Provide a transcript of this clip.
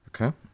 Okay